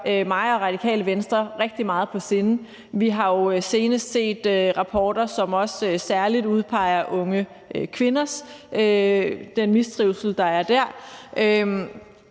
mig og Radikale Venstre rigtig meget på sinde. Vi har senest set rapporter, som også særlig udpeger den mistrivsel, der er